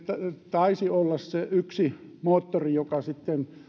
taisi olla siinä yksi moottori joka sitten